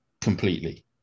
completely